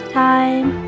time